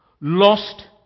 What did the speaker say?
lost